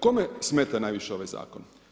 Kome smeta najviše ovaj zakon?